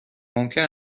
ممکن